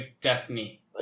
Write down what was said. Destiny